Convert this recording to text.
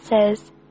says